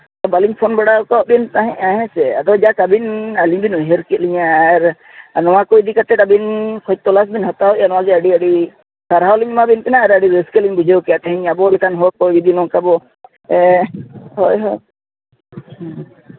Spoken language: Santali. ᱵᱟᱹᱞᱤᱧ ᱯᱷᱳᱱ ᱵᱟᱲᱟ ᱠᱟᱜ ᱛᱟᱦᱮᱸᱫᱼᱟ ᱦᱮᱸ ᱥᱮ ᱟᱫᱚ ᱡᱟᱠ ᱟᱹᱵᱤᱱ ᱵᱤᱱ ᱩᱭᱦᱟᱹᱨ ᱠᱮᱫ ᱞᱤᱧᱟ ᱟᱨ ᱱᱚᱣᱟ ᱠᱚ ᱤᱫᱤ ᱠᱟᱛᱮᱫ ᱟᱹᱵᱤᱱ ᱠᱷᱚᱡᱽ ᱛᱚᱞᱟᱥ ᱵᱮᱱ ᱦᱟᱛᱟᱣᱮᱫᱼᱟ ᱚᱱᱟᱜᱮ ᱟᱹᱰᱤ ᱟᱹᱰᱤ ᱥᱟᱨᱦᱟᱣ ᱞᱤᱧ ᱮᱢᱟᱵᱤᱱ ᱠᱟᱱᱟ ᱟᱨ ᱟᱹᱰᱤ ᱨᱟᱹᱥᱠᱟᱹ ᱞᱤᱧ ᱵᱩᱡᱷᱟᱹᱣ ᱠᱮᱫᱼᱟ ᱛᱤᱦᱤᱧ ᱟᱵᱚ ᱞᱮᱠᱟᱱ ᱦᱚᱲ ᱠᱚ ᱡᱩᱫᱤ ᱱᱚᱝᱠᱟ ᱵᱚ ᱦᱮᱸ ᱦᱳᱭ ᱦᱳ